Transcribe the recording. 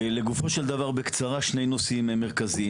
לגופו של דבר שני נושאים מרכזיים.